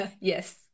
Yes